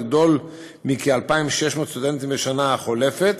לגדול מכ-2,600 סטודנטים בשנה החולפת